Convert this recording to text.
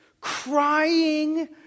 crying